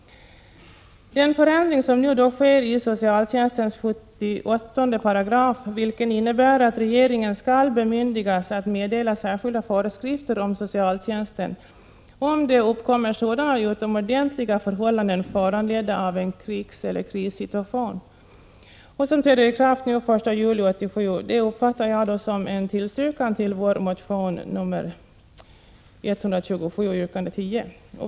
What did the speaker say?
Den förändring av socialtjänstlagens 78 § som föreslås innebär att regeringen skall bemyndigas att meddela särskilda föreskrifter om socialtjänsten om det uppkommer sådana utomordentliga förhållanden föranledda av en krigseller krissituation. Denna skall träda i kraft den 1 juli 1987. Jag uppfattar detta som en tillstyrkan av vår motion Fö127 yrkande 10.